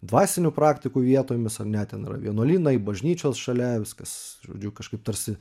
dvasinių praktikų vietomis ar ne ten yra vienuolynai bažnyčios šalia viskas žodžiu kažkaip tarsi